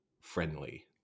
friendly